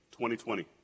2020